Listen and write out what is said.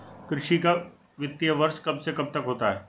कृषि का वित्तीय वर्ष कब से कब तक होता है?